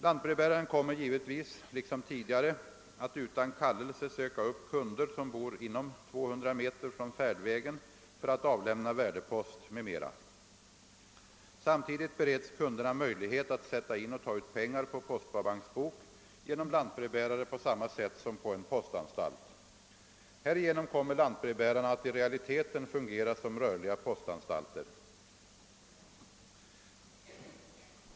Lantbrevbäraren kommer givetvis liksom tidigare att utan kallelse söka upp kunder som bor inom 200 meter från färdvägen för att lämna värdepost m.m. Samtidigt bereds kunderna möjlighet att sätta in och ta ut pengar på postsparbanksbok genom lantbrevbärare på samma sätt som på en postanstalt. Härigenom kommer lantbrevbärarna att i realiteten fungera som rörliga postanstalter.